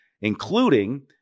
including